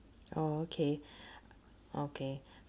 oh okay okay